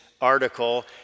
article